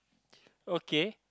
okay